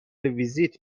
ویزیت